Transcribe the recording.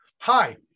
hi